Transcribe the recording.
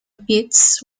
pits